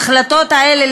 ההחלטות האלה,